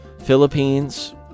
Philippines